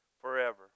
forever